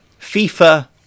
FIFA